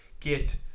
get